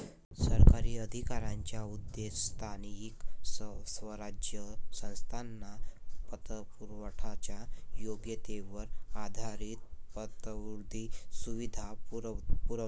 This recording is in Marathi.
सरकारी अधिकाऱ्यांचा उद्देश स्थानिक स्वराज्य संस्थांना पतपुरवठ्याच्या योग्यतेवर आधारित पतवृद्धी सुविधा पुरवणे